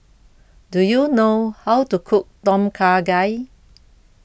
do you know how to cook Tom Kha Gai